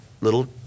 little